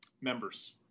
members